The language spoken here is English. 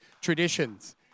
traditions